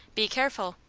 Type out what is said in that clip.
be careful,